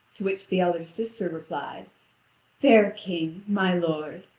to which the elder sister replied fair king, my lord,